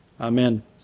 Amen